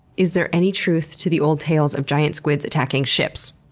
is there any truth to the old tales of giant squids attacking ships?